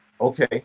Okay